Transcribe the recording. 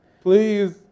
please